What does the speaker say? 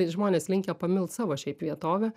žmonės linkę pamilt savo šiaip vietovę